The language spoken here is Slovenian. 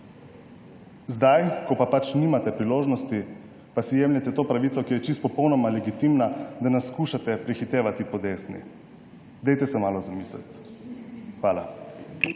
zdaj ko nimate priložnosti, pa si jemljete to pravico, ki je popolnoma legitimna, da nas skušate prehitevati po desni. Dajte se malo zamisliti. Hvala.